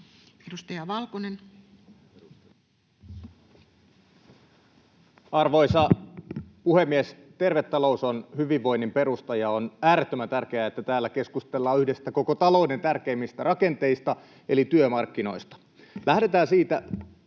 16:46 Content: Arvoisa puhemies! Terve talous on hyvinvoinnin perusta, ja on äärettömän tärkeää, että täällä keskustellaan yhdestä koko talouden tärkeimmistä rakenteista eli työmarkkinoista. Lähdetään siitä,